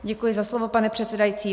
Děkuji za slovo, pane předsedající.